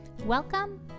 Welcome